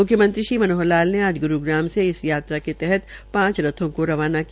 म्ख्यमंत्री श्री मनोहर लाल ने आज ग्रूग्राम से इस यात्रा के तहत पांच रथों को रवाना किया